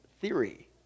theory